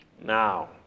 Now